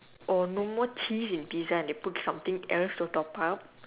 or no more cheese in pizza and they put something else to top up